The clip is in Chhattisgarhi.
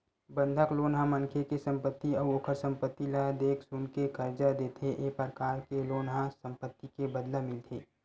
बंधक लोन ह मनखे के संपत्ति अउ ओखर संपत्ति ल देख सुनके करजा देथे ए परकार के लोन ह संपत्ति के बदला मिलथे